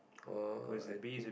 oh I think